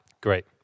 Great